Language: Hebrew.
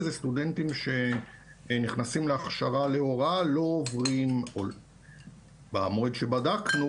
סטודנטים שנכנסים להכשרה להוראה לא עוברים במועד שבדקנו